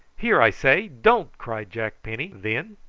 here, i say, don't! cried jack penny then,